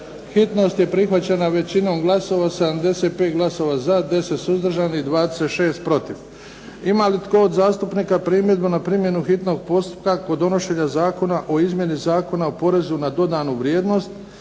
Hitnost je prihvaćena većinom glasova, 75 glasova za, 10 suzdržanih, 26 protiv. Ima li tko od zastupnika primjedbu na primjenu hitnog postupka kod donošenja Zakona o izmjeni zakona o porezu na dodanu vrijednost,